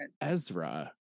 ezra